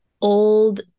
old